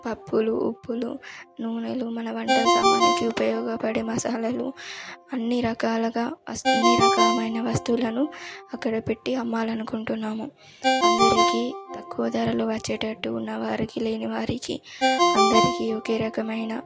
పప్పులు ఉప్పులు నూనెలు మన వంట సామానుకి ఉపయోగపడే మసాలాలు అన్ని రకాలుగా వస్తు అన్ని రకమైన వస్తువులను అక్కడ పెట్టి అమ్మాలనుకుంటున్నాము అందరికీ తక్కువ ధరలో వచ్చేటట్టు ఉన్నవారికి లేనివారికి అందరికీ ఒకే రకమైన